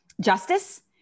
justice